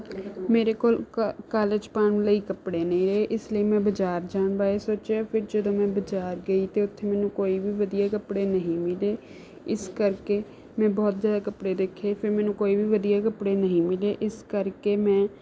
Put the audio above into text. ਮੇਰੇ ਕੋਲ ਕਾ ਕਾਲਜ ਪਾਉਣ ਲਈ ਕੱਪੜੇ ਨਹੀਂ ਰਹੇ ਇਸ ਲਈ ਮੈਂ ਬਜ਼ਾਰ ਜਾਣ ਬਾਰੇ ਸੋਚਿਆ ਫਿਰ ਜਦੋਂ ਮੈਂ ਬਜ਼ਾਰ ਗਈ ਅਤੇ ਉੱਥੇ ਮੈਨੂੰ ਕੋਈ ਵੀ ਵਧੀਆ ਕਪੜੇ ਨਹੀਂ ਮਿਲੇ ਇਸ ਕਰਕੇ ਮੈਂ ਬਹੁਤ ਜ਼ਿਆਦਾ ਕੱਪੜੇ ਦੇਖੇ ਫਿਰ ਮੈਨੂੰ ਕੋਈ ਵੀ ਵਧੀਆ ਕਪੜੇ ਨਹੀਂ ਮਿਲੇ ਇਸ ਕਰਕੇ ਮੈਂ